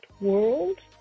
world